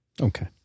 Okay